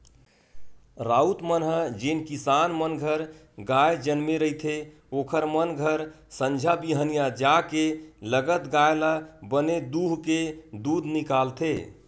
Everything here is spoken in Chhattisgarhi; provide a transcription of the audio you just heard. राउत मन ह जेन किसान मन घर गाय जनमे रहिथे ओखर मन घर संझा बिहनियां जाके लगत गाय ल बने दूहूँके दूद निकालथे